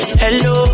hello